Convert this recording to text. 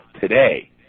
today